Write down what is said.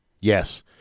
Yes